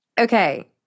Okay